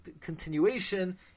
continuation